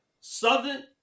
Southern